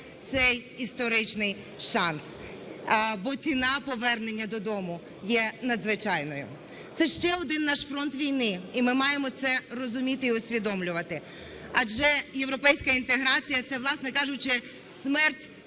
цей історичний шанс, бо ціна повернення додому є надзвичайною. Це ще один наш фронт війни, і ми маємо це розуміти і усвідомлювати. Адже європейська інтеграція – це, власне кажучи, смерть